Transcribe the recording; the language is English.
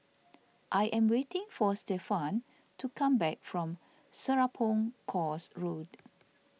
I am waiting for Stefan to come back from Serapong Course Road